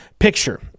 picture